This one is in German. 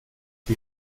die